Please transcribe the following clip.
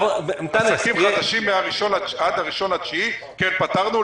עסקים חדשים עד הראשון בספטמבר 2019, כן פתרנו.